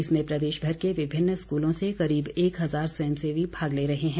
इसमें प्रदेशभर के विभिन्न स्कूलों से करीब एक हजार स्वयंसेवी भाग ले रहे हैं